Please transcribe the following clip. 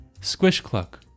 Squish-cluck